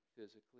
physically